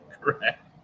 Correct